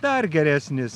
dar geresnis